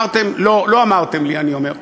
לא אמרתם לי, אני אומר.